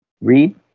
Read